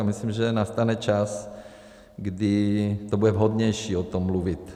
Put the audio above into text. Myslím, že nastane čas, kdy to bude vhodnější o tom mluvit.